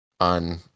on